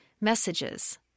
messages